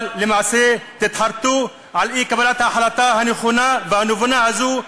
אבל למעשה תתחרטו על אי-קבלת ההחלטה הנכונה והנבונה הזאת,